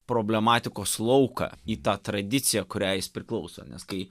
problematikos lauką į tą tradiciją kuriai jis priklauso nes kai